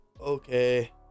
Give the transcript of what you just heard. okay